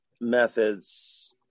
methods